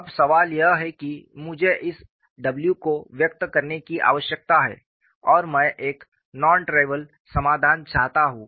अब सवाल यह है कि मुझे इस w को व्यक्त करने की आवश्यकता है और मैं एक नॉन ट्रिविअल समाधान चाहता हूं